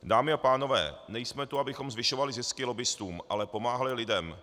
Dámy a pánové, nejsme tu, abychom zvyšovali zisky lobbistům, ale pomáhali lidem.